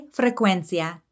frecuencia